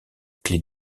clé